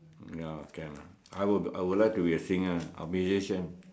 ya can ah I would like to be a singer or musician